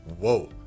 whoa